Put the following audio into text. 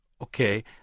Okay